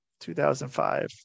2005